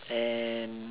and